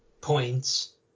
points